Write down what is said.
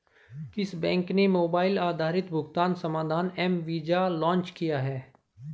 किस बैंक ने मोबाइल आधारित भुगतान समाधान एम वीज़ा लॉन्च किया है?